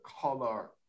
color